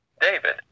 David